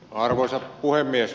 arvoisa puhemies